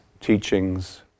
teachings